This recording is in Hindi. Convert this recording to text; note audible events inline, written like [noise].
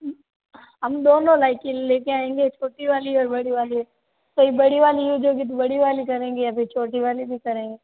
हम दोनों [unintelligible] लेके आयेंगे छोटी वाली और बड़ी वाली कोई बड़ी वाली यूज होगी तो बड़ी वाली करेंगे या फिर छोटी वाली भी करेंगे